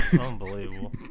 Unbelievable